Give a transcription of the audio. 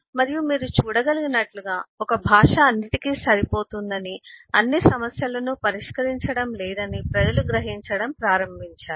మరియు మీరు చూడగలిగినట్లుగా ఒక భాష అన్నింటికీ సరిపోతుందని అన్ని సమస్యలను పరిష్కరించడం లేదని ప్రజలు గ్రహించడం ప్రారంభించారు